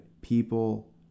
people